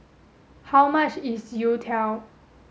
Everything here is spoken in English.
how much is Youtiao